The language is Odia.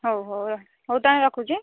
ହଉ ହଉ ହଉ ତା'ହେଲେ ରଖୁଛି